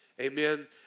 Amen